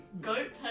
Goat